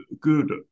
good